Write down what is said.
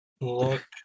Look